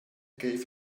gave